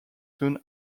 soon